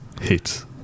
hit